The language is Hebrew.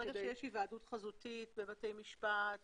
ברגע שיש היוועדות חזותית בבתי משפט,